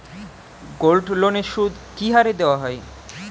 গোল্ডলোনের সুদ কি হারে দেওয়া হয়?